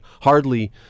hardly